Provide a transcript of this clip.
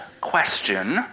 question